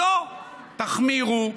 לא, תחמירו.